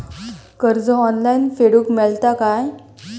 कर्ज ऑनलाइन फेडूक मेलता काय?